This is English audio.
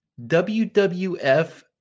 WWF